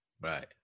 Right